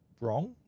Wrong